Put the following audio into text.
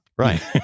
Right